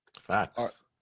Facts